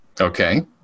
okay